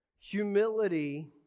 Humility